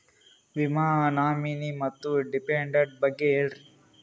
ವಿಮಾ ನಾಮಿನಿ ಮತ್ತು ಡಿಪೆಂಡಂಟ ಬಗ್ಗೆ ಹೇಳರಿ?